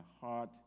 heart